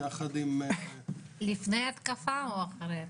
יחד עם --- לפני ההתקפה או אחרי?